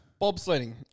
bobsledding